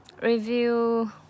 Review